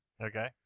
Okay